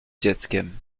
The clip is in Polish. dzieckiem